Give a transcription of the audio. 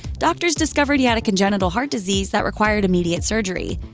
doctors discovered he had a congenital heart disease that required immediate surgery.